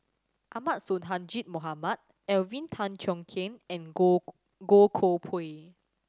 Ahmad Sonhadji Mohamad Alvin Tan Cheong Kheng and Goh Goh Koh Pui